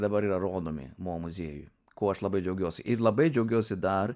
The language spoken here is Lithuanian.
dabar yra rodomi mo muziejuj kuo aš labai džiaugiuosi ir labai džiaugiuosi dar